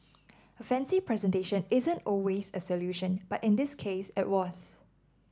a fancy presentation isn't always a solution but in this case it was